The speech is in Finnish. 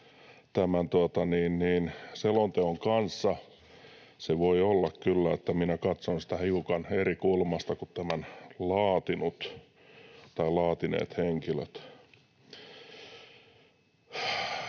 selonteon kanssa. Se voi olla kyllä, että minä katson sitä hiukan eri kulmasta kuin tämän laatinut tai laatineet henkilöt.